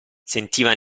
sentiva